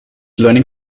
learning